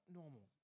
normal